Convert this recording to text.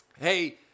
hey